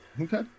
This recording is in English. Okay